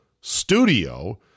studio